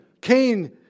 Cain